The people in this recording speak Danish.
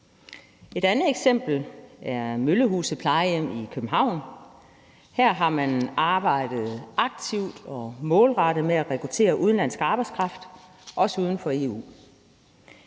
Et andet eksempel er plejehjemmet Møllehuset i København. Her har man arbejdet aktivt og målrettet med at rekruttere udenlandsk arbejdskraft, også fra